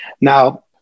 Now